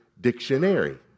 dictionary